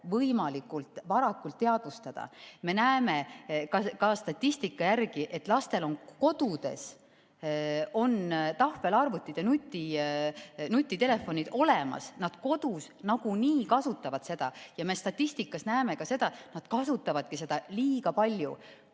võimalikult varakult teadvustada. Me näeme ka statistika järgi, et lastel on kodudes tahvelarvutid ja nutitelefonid olemas, nad kodus nagunii kasutavad neid. Ja me statistikas näeme ka seda, et nad kasutavadki neid liiga palju.